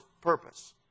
purpose